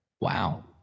Wow